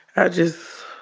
i just,